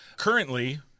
Currently